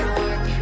work